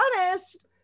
honest